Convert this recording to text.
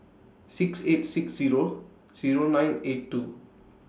six eight six Zero Zero nine eight two